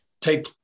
take